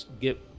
get